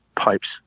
pipes